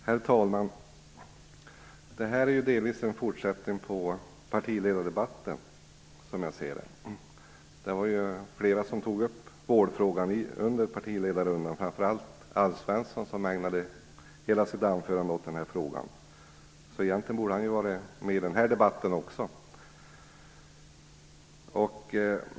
Herr talman! Detta är, som jag ser det, delvis en fortsättning på partiledardebatten. Där var det flera talare som tog upp vårdfrågan under partiledarrundan, framför allt Alf Svensson, som ägnade hela sitt anförande åt denna fråga. Därför borde han egentligen ha deltagit i den här debatten också.